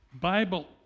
Bible